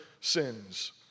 sins